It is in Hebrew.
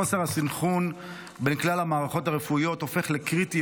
חוסר הסנכרון בין כלל המערכות הרפואיות הופך לקריטי